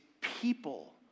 people